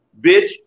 bitch